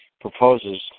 proposes